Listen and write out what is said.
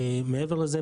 מעבר לזה,